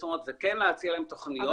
זאת אומרת ולהציע להם תוכניות שיאמצו אותן.